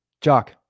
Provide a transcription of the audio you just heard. Jock